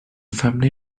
family